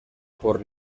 por